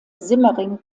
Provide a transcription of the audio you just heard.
simmering